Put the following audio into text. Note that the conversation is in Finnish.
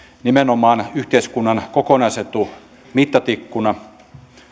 nimenomaan yhteiskunnan kokonaisetu mittatikkuna